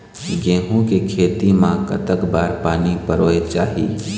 गेहूं के खेती मा कतक बार पानी परोए चाही?